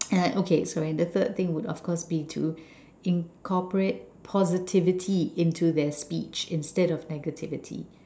and then okay the third thing would of course be to incorporate positivity into their speech instead of negativity